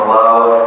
love